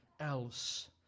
else